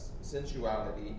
sensuality